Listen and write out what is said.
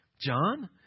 John